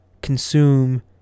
Consume